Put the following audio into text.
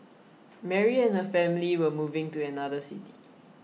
Mary and her family were moving to another city